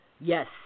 Yes